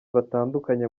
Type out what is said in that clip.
batandukanye